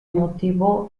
motivó